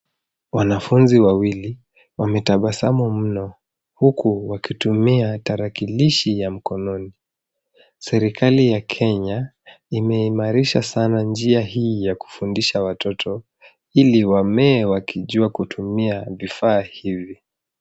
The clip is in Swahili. Wanafunzi wawili wametabasamu mno, Huku wakitumia tarakilishi ya mkononi. Serikali ya Kenya imeimarisha sana nji hii ya kufundisha watoto ili wamee wakijua kutumia vifaa hivi.